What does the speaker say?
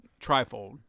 trifold